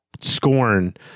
scorn